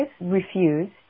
refused